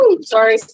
sorry